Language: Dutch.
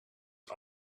het